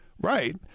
right